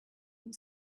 and